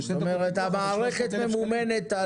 זה שתי דקות פיתוח אבל